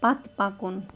پتہٕ پکُن